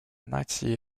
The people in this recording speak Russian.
нации